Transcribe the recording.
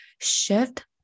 shift